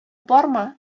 барма